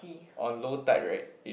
on low tide right